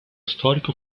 storico